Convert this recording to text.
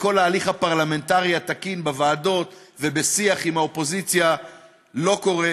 וכל ההליך הפרלמנטרי התקין בוועדות ובשיח עם האופוזיציה לא קורה,